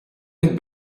het